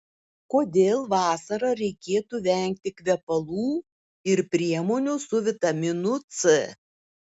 kodėl vasarą reikėtų vengti kvepalų ir priemonių su vitaminu c